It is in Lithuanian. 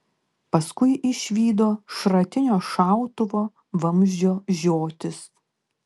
paskui išvydo šratinio šautuvo vamzdžio žiotis